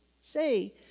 say